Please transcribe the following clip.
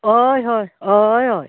अय हय अय हय